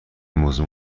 موضوع